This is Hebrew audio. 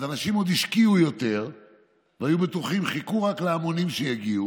אז אנשים השקיעו יותר ורק חיכו להמונים שיגיעו,